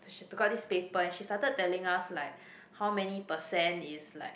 so she took out this paper and she started telling us like how many percent is like